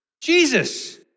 Jesus